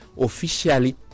officially